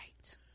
Right